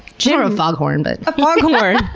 general foghorn. but a foghorn!